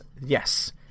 Yes